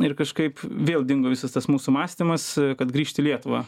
ir kažkaip vėl dingo visas tas mūsų mąstymas kad grįžt į lietuvą